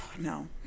No